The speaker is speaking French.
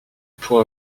pour